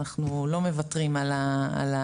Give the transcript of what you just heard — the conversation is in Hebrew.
אנחנו לא מוותרים על הזכות.